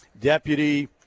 deputy